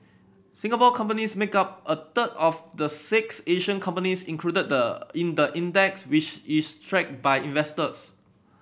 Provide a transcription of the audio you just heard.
Singapore companies make up a third of the six Asian companies included the in the index which is tracked by investors